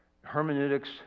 hermeneutics